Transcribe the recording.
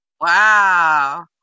Wow